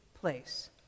place